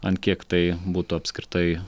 ant kiek tai būtų apskritai